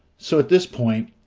so, at this point,